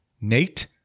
Nate